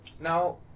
now